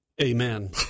Amen